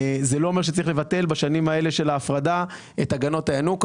זה לא אומר שצריך לבטל בשנים האלה של ההפרדה את הגנות הינוקא.